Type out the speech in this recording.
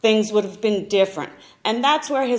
things would have been different and that's where his